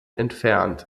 entfernt